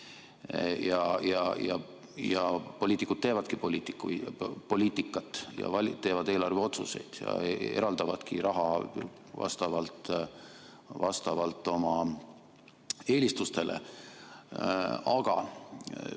Poliitikud teevadki poliitikat ja teevad eelarveotsuseid ja eraldavadki raha vastavalt oma eelistustele. Ma